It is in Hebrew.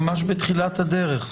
ממש בתחילת הדרך.